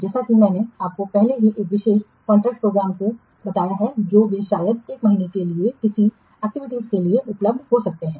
जैसा कि मैंने आपको पहले ही एक विशेष कॉन्ट्रैक्ट प्रोग्रामर को बताया है जो वे शायद 1 महीने के लिए किसी एक्टिविटी के लिए उपलब्ध हो सकते हैं